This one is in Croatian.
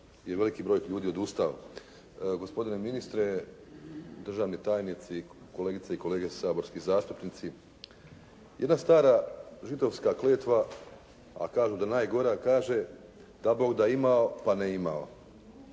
je veliki broj ljudi odustao. Gospodine ministre, državni tajnici, kolegice i kolege saborski zastupnici. Jedna stara židovska kletva a kažu da je najgora kaže “da Bog da imao pa ne imao“.